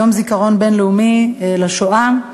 יום הזיכרון הבין-לאומי לשואה.